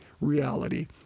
reality